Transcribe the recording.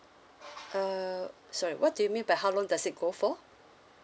uh sorry what do you mean by how long does it go for